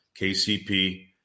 KCP